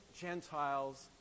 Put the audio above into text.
Gentiles